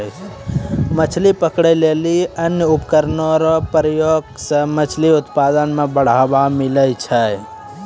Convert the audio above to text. मछली पकड़ै लेली अन्य उपकरण रो प्रयोग से मछली उत्पादन मे बढ़ावा मिलै छै